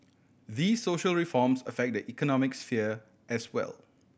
these social reforms affect the economic sphere as well